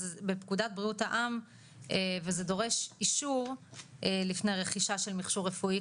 אז בפקודת בריאות העם וזה דורש אישור לפני רכישה של מכשור רפואי,